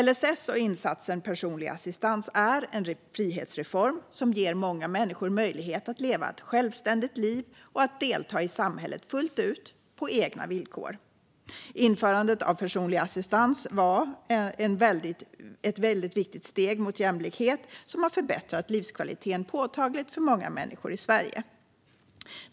LSS och insatsen personlig assistans är en frihetsreform som ger många människor möjlighet att leva ett självständigt liv och att delta i samhället fullt ut på egna villkor. Införandet av personlig assistans var ett väldigt viktigt steg mot jämlikhet som har förbättrat livskvaliteten påtagligt för många människor i Sverige.